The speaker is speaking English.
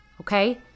okay